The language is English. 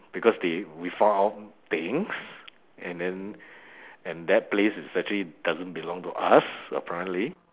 because they we found out things and then and that place is actually doesn't belong to us apparently